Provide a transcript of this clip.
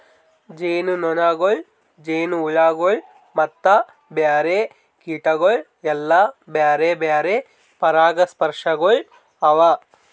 ಜೇನುನೊಣಗೊಳ್, ಜೇನುಹುಳಗೊಳ್ ಮತ್ತ ಬ್ಯಾರೆ ಕೀಟಗೊಳ್ ಎಲ್ಲಾ ಬ್ಯಾರೆ ಬ್ಯಾರೆ ಪರಾಗಸ್ಪರ್ಶಕಗೊಳ್ ಅವಾ